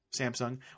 samsung